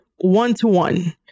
one-to-one